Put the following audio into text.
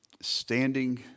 Standing